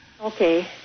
Okay